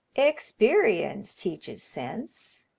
experience teaches sense.